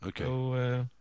Okay